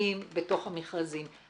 וסעיפים בתוך המכרזים.